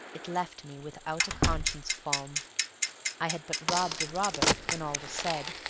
it left me without a conscientious qualm i had but robbed a robber, when all was said.